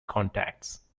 contacts